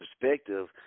perspective